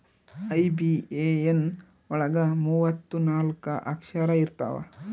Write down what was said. IBAN ಒಳಗ ಮೂವತ್ತು ನಾಲ್ಕ ಅಕ್ಷರ ಇರ್ತವಾ